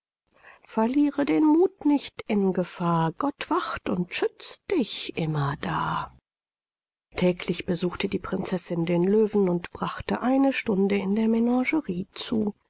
verliere den muth nicht in gefahr gott wacht und schützt dich immerdar täglich besuchte die prinzessin den löwen und brachte eine stunde in der menagerie zu